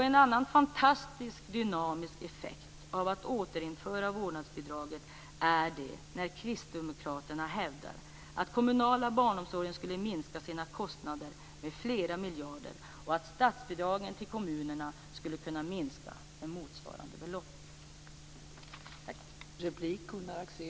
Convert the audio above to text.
En annan fantastisk dynamisk effekt av att återinföra vårdnadsbidraget är - som kristdemokraterna hävdar - att den kommunala barnomsorgen skulle minska sina kostnader med flera miljarder och att statsbidragen till kommunerna skulle kunna minskas med motsvarande belopp.